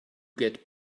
get